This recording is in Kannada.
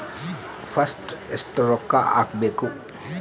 ಫಸ್ಟ್ ಎಷ್ಟು ರೊಕ್ಕ ಹಾಕಬೇಕು?